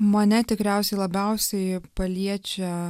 mane tikriausiai labiausiai paliečia